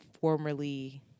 formerly